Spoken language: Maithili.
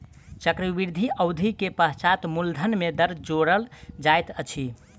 चक्रवृद्धि अवधि के पश्चात मूलधन में दर जोड़ल जाइत अछि